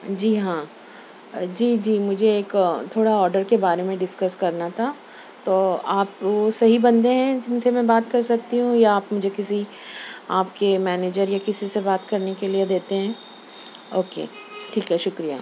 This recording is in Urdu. جی ہاں جی جی مجھے ایک تھوڑا آڈر کے بارے میں ڈسکس کرنا تھا تو آپ صحیح بندے ہیں جن سے میں بات کر سکتی ہوں یا آپ مجھے کسی آپ کے مینیجر یا کسی سے بات کرنے کے لیے دیتے ہیں اوکے ٹھیک ہے شکریہ